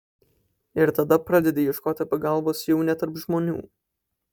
ir tada pradedi ieškoti pagalbos jau ne tarp žmonių